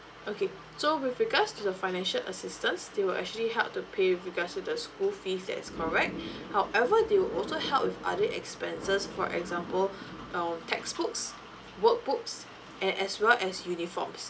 okay so with regards to the financial assistance they will actually help to pay with regards to the school fees that is correct however they will also help with other expenses for example um textbooks workbooks and as well as uniforms